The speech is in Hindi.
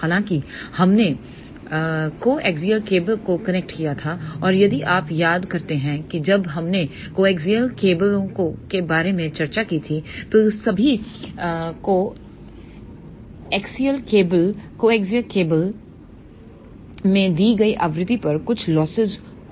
हालाँकि हमने कोएक्सियल केबल को कनेक्ट किया था और यदि आप याद करते हैं कि जब हमने कोएक्सियल केबलों के बारे में चर्चा की थी तो सभी कोएक्सियल केबलों में दी गई आवृत्ति पर कुछ लॉसेस होते हैं